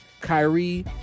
Kyrie